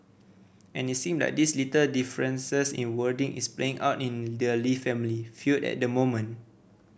and it seem like these little differences in wording is playing out in the Lee family feud at the moment